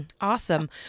Awesome